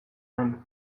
den